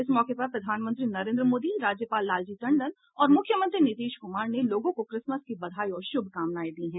इस मौके पर प्रधानमंत्री नरेन्द्र मोदी राज्यपाल लालजी टंडन और मुख्यमंत्री नीतीश कुमार ने लोगों को क्रिसमस की बधाई और शुभकामनाएं दी हैं